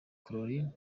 caroline